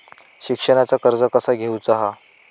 शिक्षणाचा कर्ज कसा घेऊचा हा?